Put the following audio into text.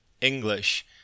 English